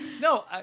No